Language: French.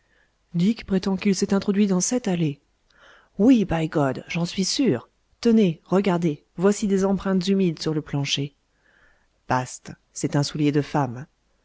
prétend qu'il s'est introduit dans cette allée oui by god j'en suis sûr tenez regardez voici des empreintes humides sur le plancher bast c'est un soulier de femme